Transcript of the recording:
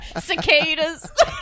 Cicadas